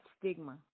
stigma